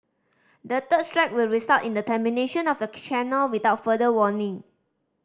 the third strike will result in the termination of the channel without further warning